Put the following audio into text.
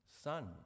son